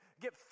get